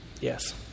Yes